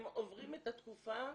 הם עוברים את התקופה,